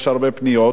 יש הרבה פניות,